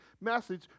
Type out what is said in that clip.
message